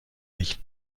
nicht